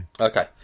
Okay